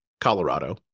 colorado